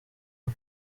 ngo